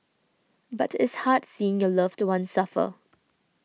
but it's hard seeing your loved one suffer